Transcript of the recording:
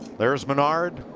there's menard.